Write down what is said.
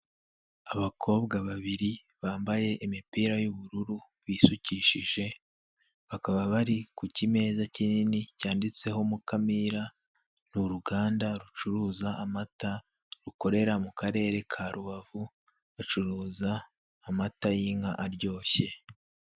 Abakobwa babiri bambaye imipira y'ubururu bisukishije, bakaba bari ku kimeza kinini cyanditseho Mukamira, ni uruganda rucuruza amata rukorera mu karere ka Rubavu, bacuruza amata y'inka aryoshye.